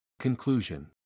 Conclusion